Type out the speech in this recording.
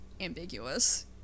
ambiguous